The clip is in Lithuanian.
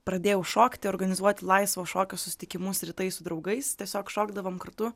pradėjau šokti organizuoti laisvo šokio susitikimus rytais su draugais tiesiog šokdavom kartu